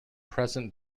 present